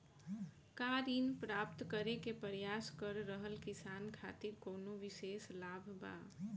का ऋण प्राप्त करे के प्रयास कर रहल किसान खातिर कउनो विशेष लाभ बा?